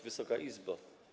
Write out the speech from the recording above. Wysoka Izbo!